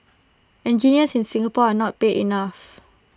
engineers in Singapore are not paid enough